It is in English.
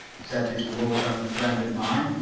said this low-down friend of mine,